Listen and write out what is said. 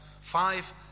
five